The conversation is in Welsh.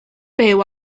byw